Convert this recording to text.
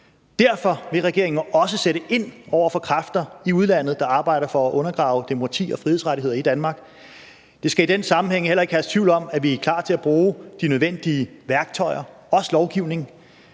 Derfor vil regeringen også sætte ind over for kræfter i udlandet, der arbejder for at undergrave demokrati og frihedsrettigheder i Danmark. Der skal i den sammenhæng heller ikke herske tvivl om, at vi er klar til at bruge de nødvendige værktøjer, også lovgivning.